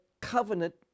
covenant